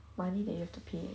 money that you have to pay